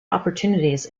opportunities